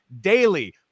DAILY